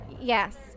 Yes